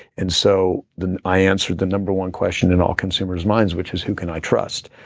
and so then i answered the number one question in all consumers' minds, which is, who can i trust?